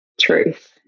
truth